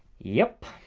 yep,